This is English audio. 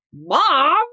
Mom